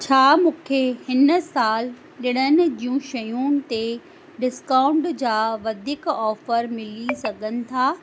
छा मूंखे हिन साल ॾिणनि जूं शयुनि ते डिस्काउंट जा के वधीक ऑफर मिली सघनि था